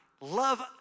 love